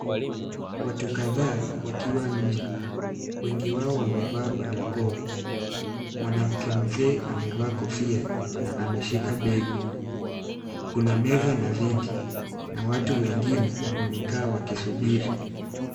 Watu kadhaa wakiwa nje. Wengi wao wamevaa barakoa. Mwanamke mzee amevaa kofia na ameshika begi. Kuna meza na viti na watu wengine wamekaa wakisubiri.